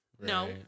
No